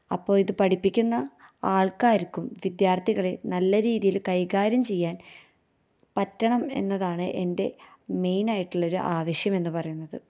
അപ്പോൾ ഇത് പഠിപ്പിക്കുന്ന ആള്ക്കാര്ക്കും വിദ്യാര്ത്ഥികളെ നല്ല രീതിയിൽ കൈകാര്യം ചെയ്യാന് പറ്റണം എന്നതാണ് എന്റെ മെയിനായിട്ടുള്ള ഒരു ആവിശ്യമെന്ന് പറയുന്നത്